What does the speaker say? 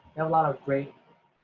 and a lot of great